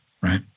Right